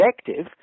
objective